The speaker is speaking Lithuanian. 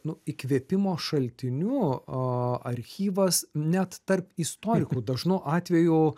nu įkvėpimo šaltiniu archyvas net tarp istorikų dažnu atveju